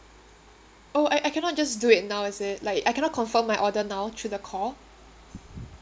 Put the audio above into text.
oh I I cannot just do it now is it like I cannot confirm my order now through the call